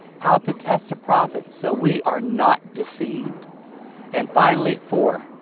how to test a prophet so we are not deceived and finally four.